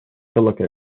silica